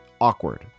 Awkward